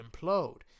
implode